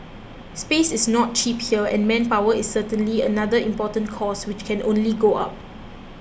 space is not cheap here and manpower is certainly another important cost which can only go up